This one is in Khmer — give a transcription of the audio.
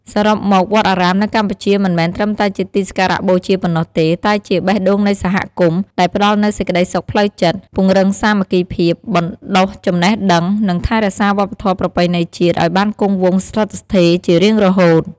សរុបមក វត្តអារាមនៅកម្ពុជាមិនមែនត្រឹមតែជាទីសក្ការបូជាប៉ុណ្ណោះទេ តែជា បេះដូងនៃសហគមន៍ ដែលផ្ដល់នូវសេចក្តីសុខផ្លូវចិត្ត ពង្រឹងសាមគ្គីភាព បណ្ដុះចំណេះដឹង និងថែរក្សាវប្បធម៌ប្រពៃណីជាតិឲ្យបានគង់វង្សស្ថិតស្ថេរជារៀងរហូត។